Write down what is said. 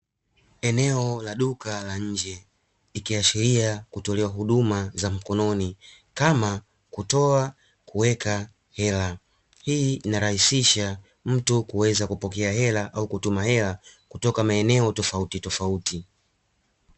Eneo la duka la nje ikiashiria kutolewa huduma za mkononi kama kutoa, kuweka hela. Hii inarahisha mtu kuweza kupokea hela au kutuma hela kutoka maeneo tofautitofauti.